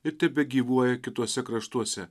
ir tebegyvuoja kituose kraštuose